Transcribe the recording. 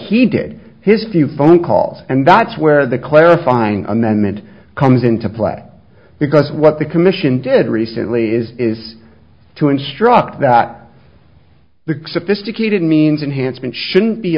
he did his few phone calls and that's where the clarifying amendment comes into play because what the commission did recently is is to instruct that the sophisticated means enhanced and shouldn't be